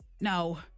No